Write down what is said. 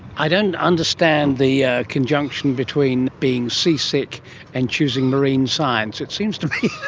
i don't understand the ah conjunction between being seasick and choosing marine science, it seems to be